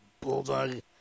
Bulldog